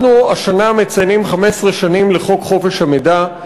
אנחנו השנה מציינים 15 שנים לחוק חופש המידע,